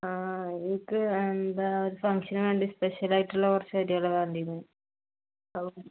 ആ എനിക്ക് എന്താ ഒരു ഫങ്ഷന് വേണ്ടി സ്പെഷ്യല് ആയിട്ടുള്ള കുറച്ച് അരികൾ വേണ്ടിയിരുന്നു